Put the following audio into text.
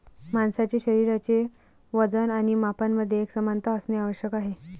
माणसाचे शरीराचे वजन आणि मापांमध्ये एकसमानता असणे आवश्यक आहे